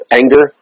anger